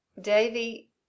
Davy